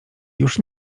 już